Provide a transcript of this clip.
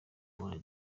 leone